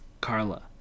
Carla